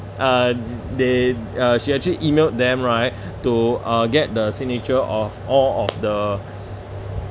uh they uh she actually emailed them right to uh get the signature of all of the